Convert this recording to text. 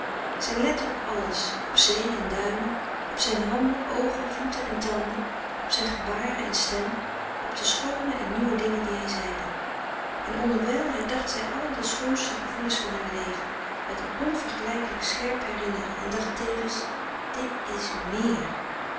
zij lette op alles op zee en duinen op zijn handen oogen voeten en tanden op zijn gebaren en stem op de schoone en nieuwe dingen die hij zeide en onderwijl herdacht zij al de schoonste gevoelens van haar leven met een onvergelijkelijk scherp herinneren en dacht tevens dit is